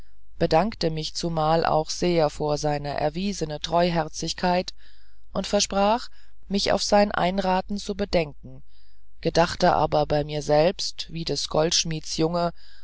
bedankte mich zumal auch sehr vor seine erwiesene treuherzigkeit und versprach mich auf sein einraten zu bedenken gedachte aber bei mir selbst wie des goldschmieds